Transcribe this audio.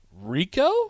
Rico